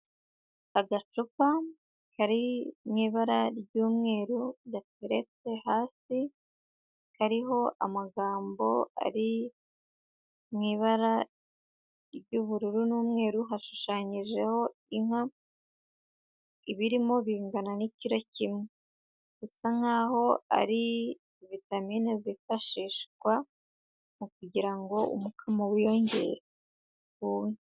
Agacupa kari mu ibara ry'umweru, gaterete hasi, kariho amagambo ari mu ibara ry'ubururu n'umweru, hashushanyijeho inka, ibirimo bingana n'ikiro kimwe, bisa nk'aho ari vitamine zifashishwa mu kugira ngo umukamo wiyongere ku nka.